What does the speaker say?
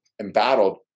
embattled